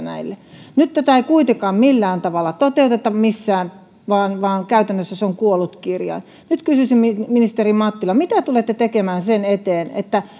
näihin nyt tätä ei kuitenkaan millään tavalla toteuteta missään vaan vaan käytännössä se on kuollut kirjain nyt kysyisin ministeri mattila mitä tulette tekemään sen eteen että